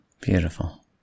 Beautiful